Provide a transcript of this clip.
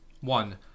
One